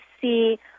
see